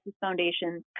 Foundation's